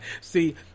See